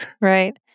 Right